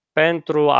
pentru